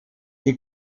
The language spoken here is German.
die